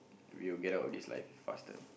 we will get out of this life faster